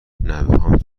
نوهام